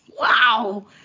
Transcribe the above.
Wow